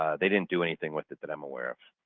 ah they didn't do anything with it that i'm aware of.